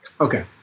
Okay